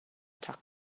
talk